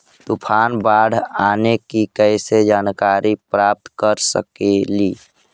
तूफान, बाढ़ आने की कैसे जानकारी प्राप्त कर सकेली?